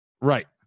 right